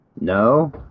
No